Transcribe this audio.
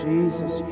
Jesus